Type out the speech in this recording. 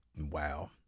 Wow